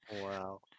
wow